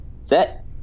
set